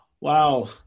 Wow